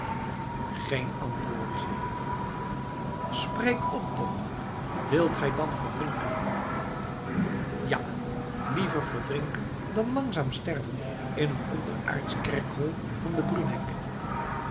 geen antwoord spreek op toch wilt gij dan verdrinken ja liever verdrinken dan langzaam sterven in een onderaardsch kerkerhol van den bruneck